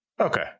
Okay